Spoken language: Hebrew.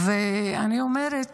ואני אומרת